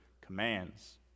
commands